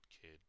kid